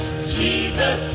Jesus